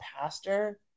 pastor